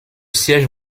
siège